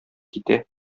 китә